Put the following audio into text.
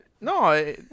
no